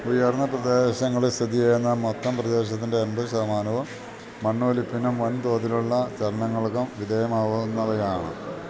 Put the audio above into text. ഉയർന്ന പ്രദേശങ്ങളില് സ്ഥിതിചെയ്യുന്ന മൊത്തം പ്രദേശത്തിന്റെ എണ്പത് ശതമാനവും മണ്ണൊലിപ്പിനും വൻതോതിലുള്ള ചലനങ്ങൾക്കും വിധേയമാകുന്നവയാണ്